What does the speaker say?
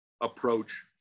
approach